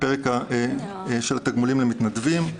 בפרק של התגמולים למתנדבים.